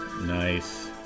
Nice